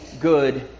good